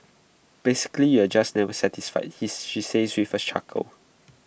basically you're just never satisfied he she says with A chuckle